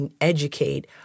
educate